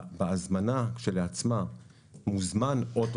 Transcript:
שבהזמנה כשלעצמה מוזמן אוטו,